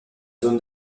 zone